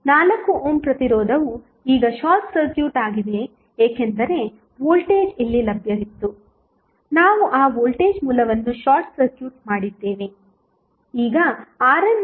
4 ohm ಪ್ರತಿರೋಧವು ಈಗ short circuit ಆಗಿದೆ ಏಕೆಂದರೆ ವೋಲ್ಟೇಜ್ ಇಲ್ಲಿ ಲಭ್ಯವಿತ್ತು ನಾವು ಆ ವೋಲ್ಟೇಜ್ ಮೂಲವನ್ನು ಶಾರ್ಟ್ ಸರ್ಕ್ಯೂಟ್ ಮಾಡಿದ್ದೇವೆ